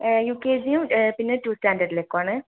യുകെജിയും പിന്നെ ടു സ്റ്റാൻഡേർഡിലേക്കുമാണേ